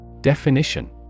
Definition